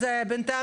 אז בינתיים,